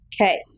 Okay